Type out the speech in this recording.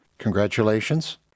Congratulations